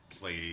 play